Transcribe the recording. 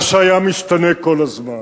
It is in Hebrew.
מה שהיה משתנה כל הזמן.